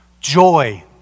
joy